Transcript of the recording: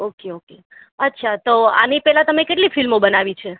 okay okay અચ્છા તો આની પહેલાં તમે કેટલી ફિલ્મો બનાવી છે